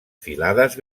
filades